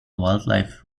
wildlife